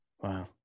wow